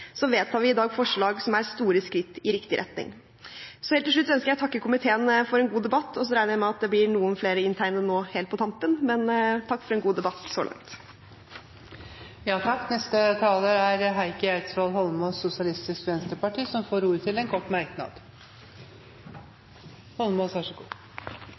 Så ligger det jo i en debatts natur at vi fremhever uenighetene, men som mange her i dag sier, til og med representanten Eidsvoll Holmås, til tross for sin ivrige kritikk på noen områder, vedtar vi i dag forslag som er store skritt i riktig retning. Helt til slutt ønsker jeg å takke komiteen for en god debatt. Så regner jeg med at det blir noen flere inntegnede nå helt på tampen, men takk for en god debatt så langt.